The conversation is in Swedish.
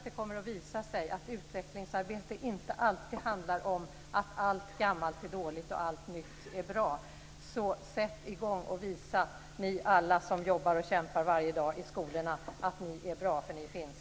Det kommer att visa sig att utvecklingsarbete inte alltid handlar om att allt gammalt är dåligt och allt nytt bra. Alla ni som jobbar och kämpar varje dag i skolorna, sätt i gång och visa att ni är bra, för ni finns!